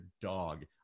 dog